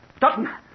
Dutton